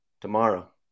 tomorrow